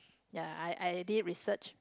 ya I I already research